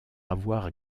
avoir